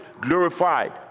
glorified